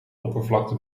oppervlakte